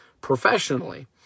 professionally